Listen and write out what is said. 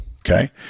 okay